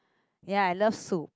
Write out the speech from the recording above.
ya I love soup